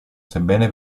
sebbene